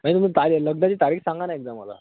बाई तुम्ही तारीख लग्नाची तारीख सांगा ना एकदा मला